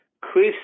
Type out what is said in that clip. Chris